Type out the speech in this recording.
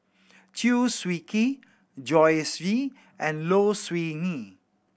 Chew Swee Kee Joyce Jue and Low Siew Nghee